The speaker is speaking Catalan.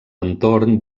entorn